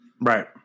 Right